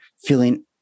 feeling